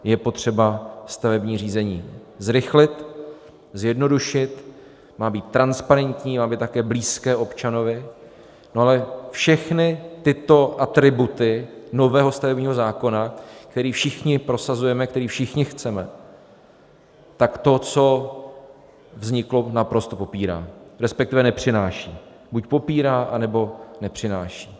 Je potřeba stavební řízení zrychlit, zjednodušit, má být transparentní a má být také blízké občanovi, ale všechny tyto atributy nového stavebního zákona, který všichni prosazujeme, který všichni chceme, tak to, co vzniklo, naprosto popírá, respektive nepřináší buď popírá, anebo nepřináší.